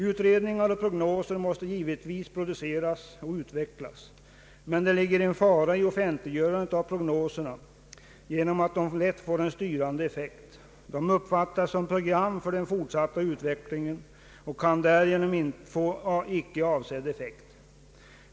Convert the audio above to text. Utredningar och prognoser måste givetvis produceras och utvecklas, men det ligger en fara i offentliggörandet av prognoserna genom att de lätt får en styrande effekt. De uppfattas som program för den fortsatta utvecklingen och kan därigenom få en icke avsedd effekt.